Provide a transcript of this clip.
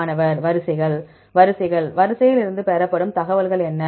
மாணவர் வரிசைகள் வரிசைகள் வரிசையில் இருந்து பெறப்படும் தகவல்கள் என்ன